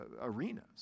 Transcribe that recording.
arenas